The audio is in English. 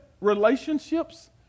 relationships